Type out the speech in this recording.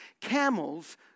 camels